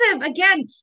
again